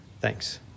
Thanks